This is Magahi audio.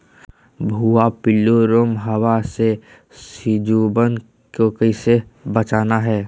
भुवा पिल्लु, रोमहवा से सिजुवन के कैसे बचाना है?